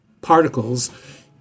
particles